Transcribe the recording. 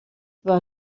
war